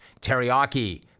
teriyaki